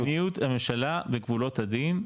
לקדם את מדיניות הממשלה בגבולות הדין,